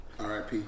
RIP